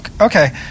Okay